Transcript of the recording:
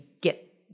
get